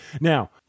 now